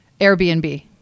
Airbnb